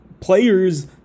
players